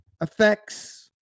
effects